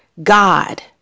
God